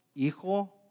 hijo